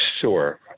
Sure